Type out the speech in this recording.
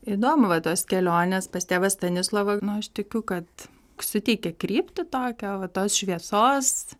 įdomu va tos kelionės pas tėvą stanislovą nu aš tikiu kad suteikė kryptį tokią va tos šviesos